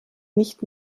nicht